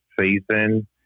season